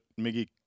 Miggy